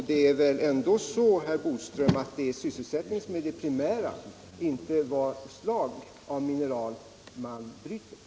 Det är väl ändå så att det är sysselsättningen som är det primära, inte vad slag av mineral avsikten är att bryta.